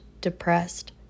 depressed